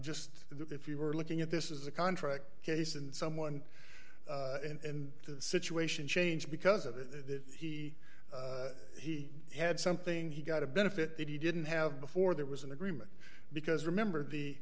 that if you were looking at this is a contract case and someone in the situation changed because of that he he had something he got a benefit that he didn't have before there was an agreement because remember the